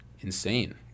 Insane